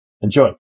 Enjoy